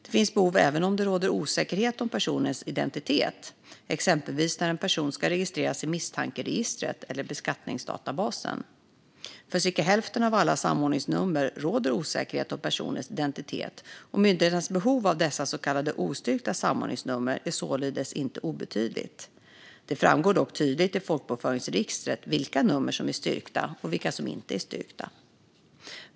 Detta behov finns även om det råder osäkerhet om personens identitet, exempelvis när en person ska registreras i misstankeregistret eller i beskattningsdatabasen. För cirka hälften av alla samordningsnummer råder osäkerhet om personens identitet, och myndigheternas behov av dessa så kallade ostyrkta samordningsnummer är således inte obetydligt. Det framgår dock tydligt i folkbokföringsregistret vilka nummer som är styrkta och vilka som inte är styrkta.